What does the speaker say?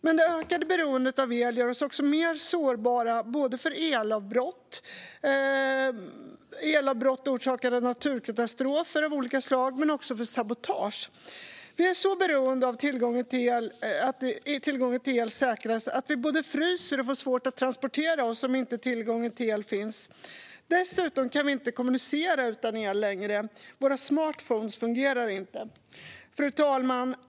Men det ökade beroendet av el gör oss också mer sårbara för elavbrott; elavbrott orsakade av naturkatastrofer av olika slag och elavbrott orsakade av sabotage. Vi är så beroende av att tillgången till el säkras att vi både fryser och får svårt att transportera oss om det inte finns tillgång till el. Dessutom kan vi inte längre kommunicera utan el. Våra smartphones fungerar inte. Fru talman!